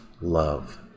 love